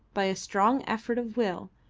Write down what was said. by a strong effort of will,